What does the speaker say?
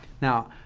now,